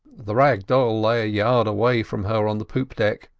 the rag-doll lay a yard away from her on the poop deck,